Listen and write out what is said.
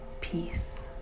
peace